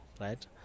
right